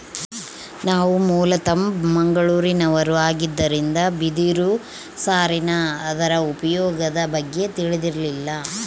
ನಾವು ಮೂಲತಃ ಮಂಗಳೂರಿನವರು ಆಗಿದ್ದರಿಂದ ಬಿದಿರು ಸಾರಿನ ಅದರ ಉಪಯೋಗದ ಬಗ್ಗೆ ತಿಳಿದಿರಲಿಲ್ಲ